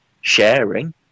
sharing